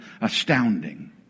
astounding